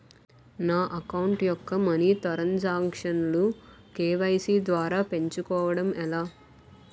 నా అకౌంట్ యెక్క money transaction లు కే.వై.సీ ద్వారా పెంచుకోవడం ఎలా?